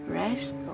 rest